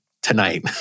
Tonight